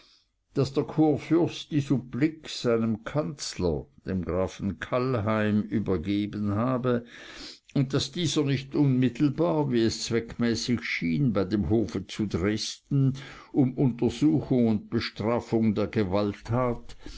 daß der kurfürst die supplik seinem kanzler dem grafen kallheim übergeben habe und daß dieser nicht unmittelbar wie es zweckmäßig schien bei dem hofe zu dresden um untersuchung und bestrafung der gewalttat